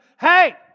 hey